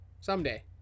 someday